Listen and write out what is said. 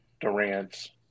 Durant's